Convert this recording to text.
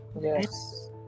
yes